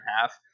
half